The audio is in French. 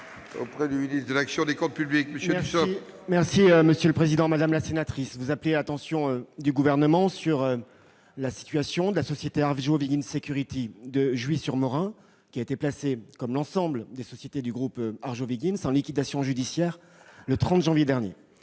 des comptes publics. Madame la sénatrice, vous appelez l'attention du Gouvernement sur la situation de la société Arjowiggins Security de Jouy-sur-Morin, qui a été placée, comme l'ensemble des sociétés du groupe Arjowiggins, en liquidation judiciaire le 30 janvier dernier.